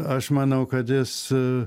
aš manau kad jis